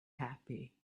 happy